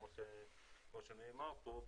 כמו שנאמר פה,